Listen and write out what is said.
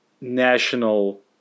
national